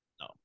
No